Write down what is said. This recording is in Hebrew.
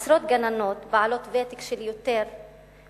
עשרות גננות בעלות ותק של יותר מעשר